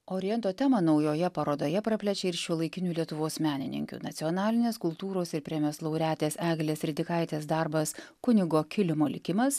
oriento temą naujoje parodoje praplečia ir šiuolaikinių lietuvos menininkių nacionalinės kultūros ir premijos laureatės eglės ridikaitės darbas kunigo kilimo likimas